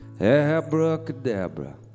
Abracadabra